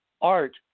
art